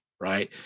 right